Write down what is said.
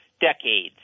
decades